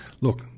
Look